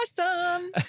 awesome